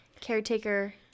caretaker